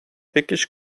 wirklich